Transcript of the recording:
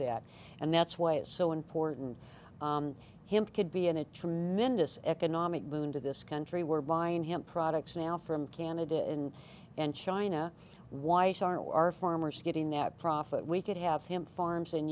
that and that's why it's so important to him could be in a tremendous economic boon to this country we're buying him products now from canada and and china why is our our farmers getting that profit we could have him farms